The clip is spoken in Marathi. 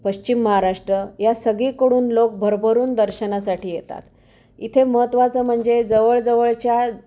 पश्चिम महाराष्ट्र या सगळीकडून लोक भरभरून दर्शनासाठी येतात इथे महत्त्वाचं म्हणजे जवळजवळच्या